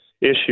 issue